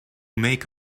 make